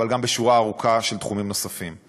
אבל גם בשורה ארוכה של תחומים נוספים.